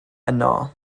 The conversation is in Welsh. yno